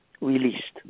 released